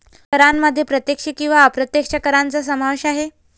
करांमध्ये प्रत्यक्ष किंवा अप्रत्यक्ष करांचा समावेश आहे